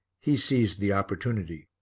he seized the opportunity.